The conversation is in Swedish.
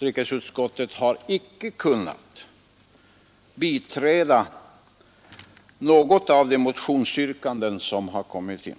Utrikesutskottet har icke kunnat biträda något av motionsyrkandena, varken